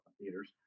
theaters